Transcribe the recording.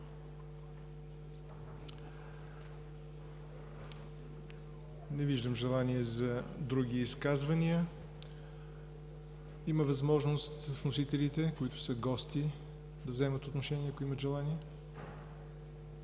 Не виждам желание за други изказвания. Има възможност вносителите, които са гости, да вземат отношение, ако имат желание.